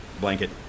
blanket